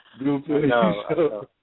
No